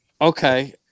Okay